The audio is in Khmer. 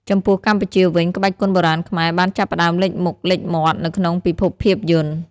ចំពោះកម្ពុជាវិញ ក្បាច់គុនបុរាណខ្មែរបានចាប់ផ្ដើមលេចមុខលេចមាត់នៅក្នុងពិភពភាពយន្ត។